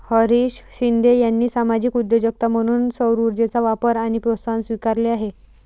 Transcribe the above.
हरीश शिंदे यांनी सामाजिक उद्योजकता म्हणून सौरऊर्जेचा वापर आणि प्रोत्साहन स्वीकारले आहे